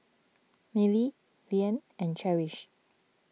Milly Leanne and Cherise